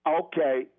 Okay